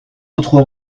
notre